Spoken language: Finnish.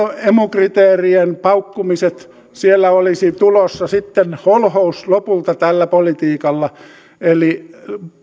emu kriteerien paukkumiset siellä olisi tulossa sitten holhous lopulta tällä politiikalla eli